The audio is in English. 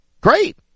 great